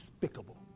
despicable